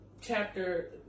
chapter